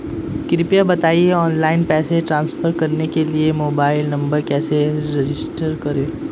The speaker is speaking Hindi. कृपया बताएं ऑनलाइन पैसे ट्रांसफर करने के लिए मोबाइल नंबर कैसे रजिस्टर करें?